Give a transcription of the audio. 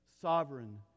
sovereign